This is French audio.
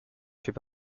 fait